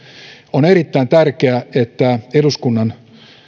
on erittäin tärkeää että eduskunnan